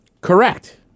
Correct